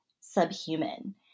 subhuman